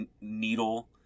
needle